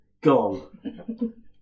gone